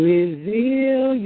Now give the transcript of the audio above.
Reveal